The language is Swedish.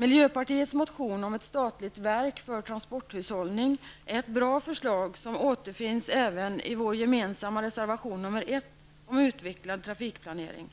Miljöpartiets motion om ett statligt verk för transporthushållning är ett bra förslag, som återfinns även i vår gemensamma reservation nr I om utvecklad trafikplanering.